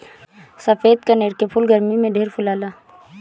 सफ़ेद कनेर के फूल गरमी में ढेर फुलाला